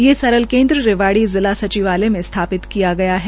ये सरल केन्द्र रेवाड़ी जिला सचिवालय में स्थापित किया गया है